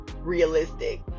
realistic